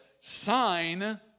sign